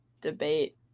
debate